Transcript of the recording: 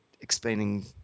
explaining